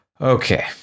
okay